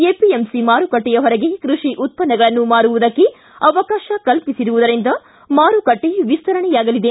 APMC ಮಾರುಕಟ್ಟೆಯ ಹೊರಗೆ ಕೃಷಿ ಉತ್ಪನ್ನಗಳನ್ನು ಮಾರುವುದಕ್ಕೆ ಅವಕಾಶ ಕಲ್ಪಿಸಿರುವುದರಿಂದ ಮಾರುಕಟ್ಟೆ ವಿಸ್ತರಣೆಯಾಗಲಿದೆ